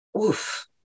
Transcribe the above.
oof